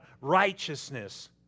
righteousness